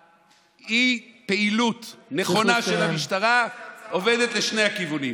חוסר הפעילות הנכונה של המשטרה עובדת לשני הכיוונים.